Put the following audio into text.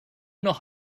noch